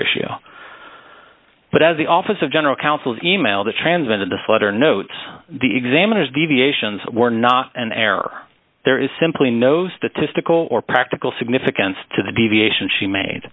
ratio but as the office of general counsel email the transit of this letter notes the examiners deviations were not an error there is simply no statistical or practical significance to the deviation she made